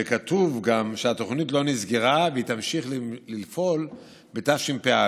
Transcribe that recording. וכתוב גם שהתוכנית לא נסגרה והיא תמשיך לפעול בתשפ"א.